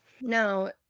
Now